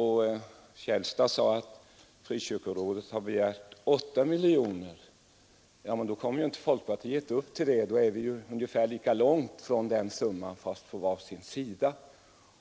Herr Källstad sade att Frikyrkorådet hade begärt 8 miljoner. Då kommer ju inte folkpartiet upp till det. Då är vi alltså ungefär lika långt från denna summa — fast på var sin sida.